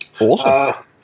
Awesome